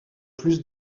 plus